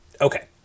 okay